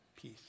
peace